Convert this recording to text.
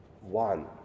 One